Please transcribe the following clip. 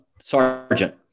Sergeant